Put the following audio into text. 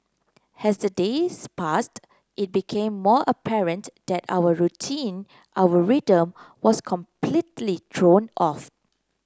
as the days passed it became more apparent that our routine our rhythm was completely thrown off